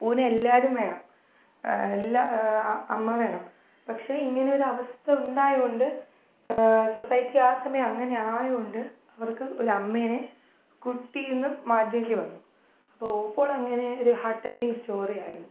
അപ്പൂനെല്ലാവരും വേണം എല്ല അമ്മ വേണം പക്ഷേ ഇങ്ങനൊരവസ്ഥ ഉണ്ടായോണ്ട് സൊസൈറ്റി ആ സമയം അങ്ങനായോണ്ട് അവർക്ക് ഒരു അമ്മേനെ കുട്ടീന്ന് മാറ്റേണ്ടി വന്നു അപ്പോൾ ഓപ്പോളങ്ങനെ ഒരു ഹാർട്ട് ടച്ചിങ് സ്റ്റോറിയായിരുന്നു